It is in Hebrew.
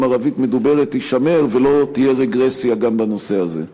ערבית מדוברת תישמר ולא תהיה רגרסיה גם בנושא הזה?